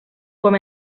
com